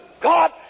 God